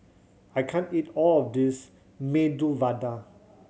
I can't eat all of this Medu Vada